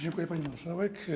Dziękuję, pani marszałek.